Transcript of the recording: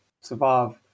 survive